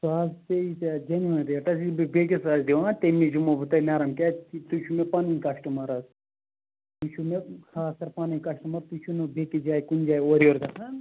سۄ حظ پیٚیی ژےٚ جیٚنوَن ریٹس یہِ بہٕ بیٚکِس آسہٕ دِوان تٔمۍ نِش دمو بہٕ تۄہہِ نَرم کیازِ تُہۍ چھُو مےٚ پنٕنۍ کسٹمر حظ تُہۍ چھُو مےٚ خٲص کَر پنٕنۍ کسٹمر تُہۍ چھُو نہٕ بیٚکِس جایہِ کُنہٕ جایہِ اورٕ یور گَژھان